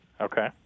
Okay